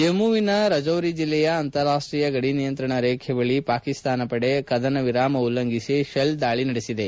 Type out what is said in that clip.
ಜಮ್ಮುವಿನ ರಜೌರಿ ಜಿಲ್ಲೆಯ ಅಂತಾರಾಷ್ವೀಯ ಗಡಿ ನಿಯಂತ್ರಣ ರೇಖೆ ಬಳಿ ಪಾಕಿಸ್ತಾನ ಪಡೆ ಕದನ ವಿರಾಮ ಉಲ್ಲಂಘಿಸಿ ಶೆಲ್ ದಾಳಿ ನಡೆಸಿದೆ